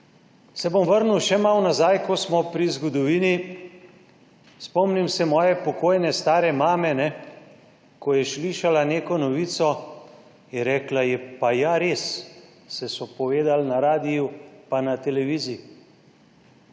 se bom še malo nazaj, ker smo pri zgodovini. Spomnim se svoje pokojne stare mame. Ko je slišala neko novico, je rekla: »Je pa ja res, saj so povedali na radiu pa na televiziji.«